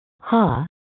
ha